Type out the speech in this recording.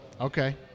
Okay